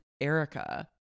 Erica